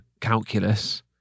calculus